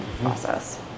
process